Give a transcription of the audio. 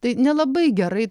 tai nelabai gerai